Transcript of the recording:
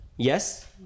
Yes